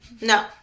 No